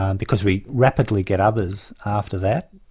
um because we rapidly get others after that,